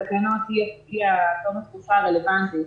האם --- עד תום התקופה הרלבנטית.